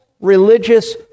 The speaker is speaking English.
religious